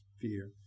fear